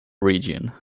region